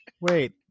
Wait